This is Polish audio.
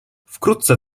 wkrótce